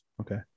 Okay